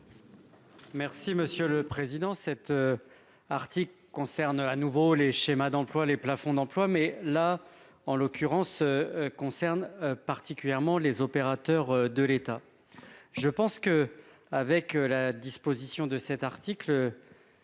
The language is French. Merci monsieur le président,